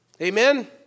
Amen